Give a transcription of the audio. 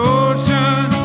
ocean